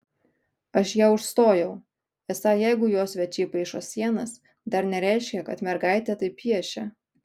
aš ją užstojau esą jeigu jo svečiai paišo sienas dar nereiškia kad mergaitė taip piešia